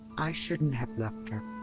i shouldn't have left her.